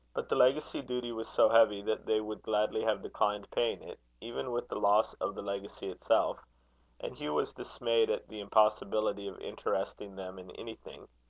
but the legacy-duty was so heavy that they would gladly have declined paying it, even with the loss of the legacy itself and hugh was dismayed at the impossibility of interesting them in anything.